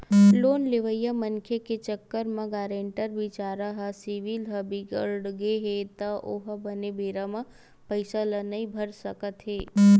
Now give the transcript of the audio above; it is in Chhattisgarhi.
लोन लेवइया मनखे के चक्कर म गारेंटर बिचारा के सिविल ह बिगड़गे हे ओहा बने बेरा म पइसा ल नइ भर सकिस त